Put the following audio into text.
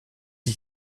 ich